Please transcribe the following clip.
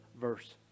verse